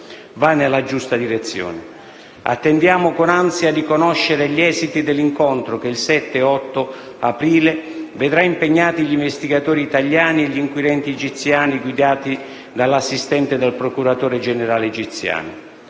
va nella giusta direzione. Attendiamo con ansia di conoscere gli esiti dell'incontro che, il 7 e l'8 aprile, vedrà impegnati gli investigatori italiani e gli inquirenti egiziani, guidati dall'assistente del procuratore generale egiziano.